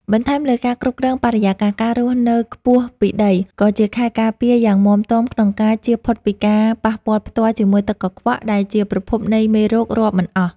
បន្ថែមលើការគ្រប់គ្រងបរិយាកាស ការរស់នៅខ្ពស់ពីដីក៏ជាខែលការពារយ៉ាងមាំទាំក្នុងការ ជៀសផុតពីការប៉ះពាល់ផ្ទាល់ជាមួយទឹកកខ្វក់ ដែលជាប្រភពនៃមេរោគរាប់មិនអស់។